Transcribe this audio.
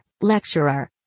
lecturer